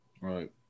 Right